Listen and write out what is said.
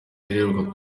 iheruka